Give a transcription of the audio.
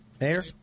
Mayor